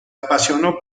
apasionó